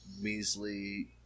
measly